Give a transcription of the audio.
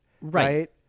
Right